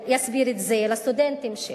יסביר את זה לסטודנטים שלו?